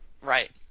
right